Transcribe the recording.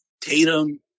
Tatum